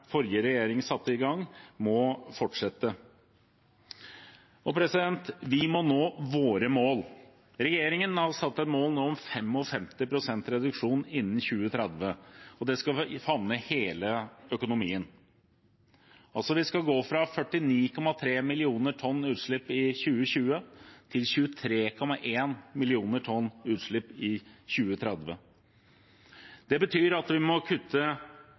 Og vi må nå våre mål. Regjeringen har nå satt et mål om 55 pst. reduksjon innen 2030, og det skal favne hele økonomien. Vi skal altså gå fra 49,3 millioner tonn utslipp i 2020 til 23,1 millioner tonn utslipp i 2030. Det betyr at vi må kutte